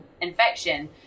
infection